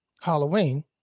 Halloween